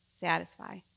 satisfy